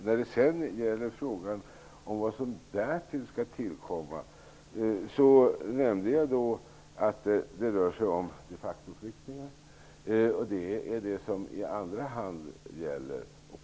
När det sedan gäller frågan vad som skall tillkomma därutöver nämnde jag att det rör sig om de factoflyktingar -- det är det som gäller i andra hand.